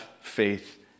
faith